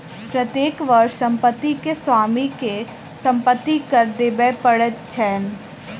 प्रत्येक वर्ष संपत्ति के स्वामी के संपत्ति कर देबअ पड़ैत छैन